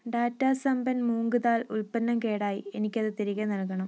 ടാറ്റാ സംമ്പൻ മൂംഗ് ദാൽ ഉൽപ്പന്നം കേടായി എനിക്കത് തിരികെ നൽകണം